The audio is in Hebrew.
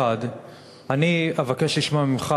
1. אני אבקש לשמוע ממך,